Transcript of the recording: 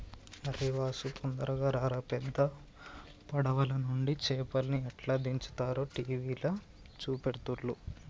అరేయ్ వాసు తొందరగా రారా పెద్ద పడవలనుండి చేపల్ని ఎట్లా దించుతారో టీవీల చూపెడుతుల్ను